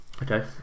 Okay